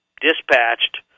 dispatched